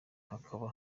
hakaba